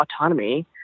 autonomy